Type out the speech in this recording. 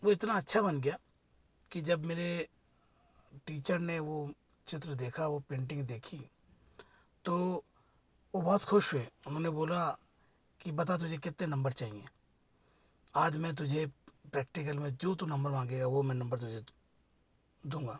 वो इतना अच्छा बन गया कि जब मेरे टीचर ने वो चित्र देखा वो पेंटिंग देखी तो वो बहुत खुश हुए उन्होंने बोला की बता तुझे कितने नंबर चाहिए आज मैं तुझे प्रैक्टिकल में जो तू नंबर मांगेगा वो मैं नंबर तुझे दूंगा